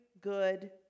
good